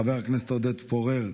חבר הכנסת אלעזר שטרן,